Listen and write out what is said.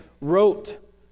wrote